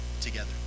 together